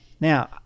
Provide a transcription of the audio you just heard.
Now